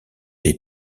des